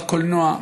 בקולנוע,